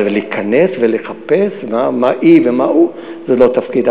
להיכנס ולחפש מה היא ומה הוא, זה לא תפקידה.